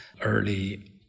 early